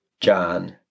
John